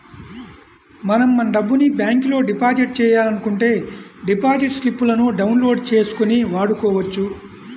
మనం మన డబ్బును బ్యాంకులో డిపాజిట్ చేయాలనుకుంటే డిపాజిట్ స్లిపులను డౌన్ లోడ్ చేసుకొని వాడుకోవచ్చు